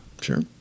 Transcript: Sure